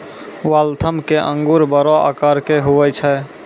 Waltham के अंगूर बड़ो आकार के हुवै छै